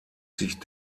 sich